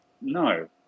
No